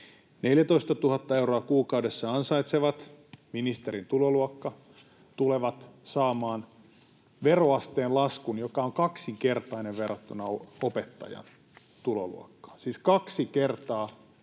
14 000 euroa kuukaudessa ansaitsevat — ministerin tuloluokka — tulevat saamaan veroasteen laskun, joka on kaksinkertainen verrattuna opettajan tuloluokkaan,